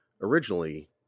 originally